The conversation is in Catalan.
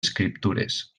escriptures